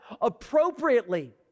appropriately